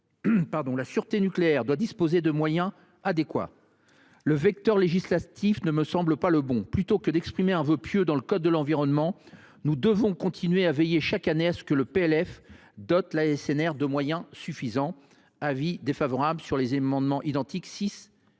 la sûreté nucléaire doit disposer de moyens adéquats. Le vecteur législatif ne me semble pas le bon : plutôt que d’exprimer un vœu pieux dans le code de l’environnement, nous devons continuer à veiller chaque année à ce que le projet de loi de finances (PLF) dote l’ASNR de moyens suffisants. J’émets donc un avis défavorable sur ces amendements identiques.